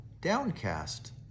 downcast